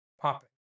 popping